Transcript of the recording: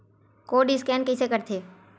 Code scan कइसे होथे?